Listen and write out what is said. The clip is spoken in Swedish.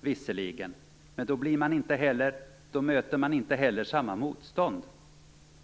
visserligen men då blir man inte heller, då möter man inte heller samma motstånd.